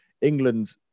England